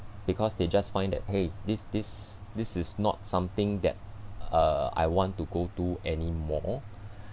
because they just find that !hey! this this this is not something that uh I want to go to anymore